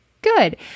good